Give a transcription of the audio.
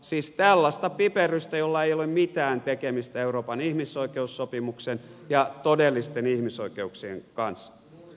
siis tällaista piperrystä jolla ei ole mitään tekemistä euroopan ihmisoikeussopimuksen ja todellisten ihmisoikeuksien kanssa